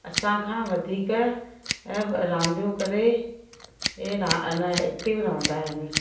असां खां वधीक रांदियूं करे इहे रा इहे न एक्टिव रहंदा आहिनि